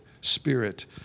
Spirit